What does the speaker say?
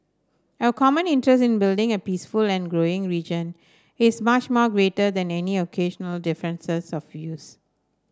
our common interest in building a peaceful and growing region is much more greater than any occasional differences of views